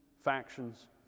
factions